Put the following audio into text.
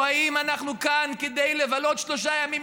או האם אנחנו כאן כדי לבלות שלושה ימים,